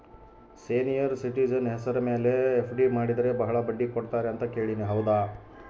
Senior citizen ಹೆಸರ ಮೇಲೆ FD ಮಾಡಿದರೆ ಬಹಳ ಬಡ್ಡಿ ಕೊಡ್ತಾರೆ ಅಂತಾ ಕೇಳಿನಿ ಹೌದಾ?